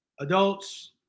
adults